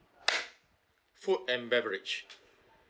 food and beverage